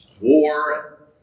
war